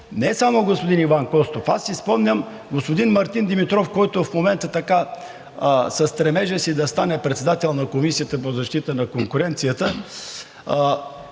не само господин Иван Костов, аз си спомням господин Мартин Димитров, който в момента със стремежа си да стане председател на Комисията по защита на конкуренцията,